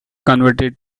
converted